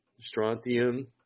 strontium